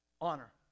Honor